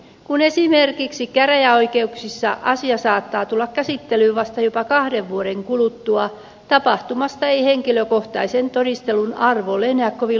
kun esimerkiksi käräjäoikeuksissa asia saattaa tulla käsittelyyn vasta jopa kahden vuoden kuluttua tapahtumasta ei henkilökohtaisen todistelun arvo ole enää kovin luotettava